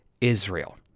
Israel